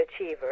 achiever